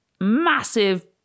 massive